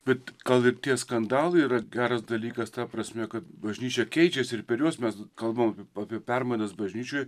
bet gal tie skandalai yra geras dalykas ta prasme kad bažnyčia keičiasi ir per juos mes kalbame apie permainas bažnyčioje